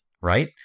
Right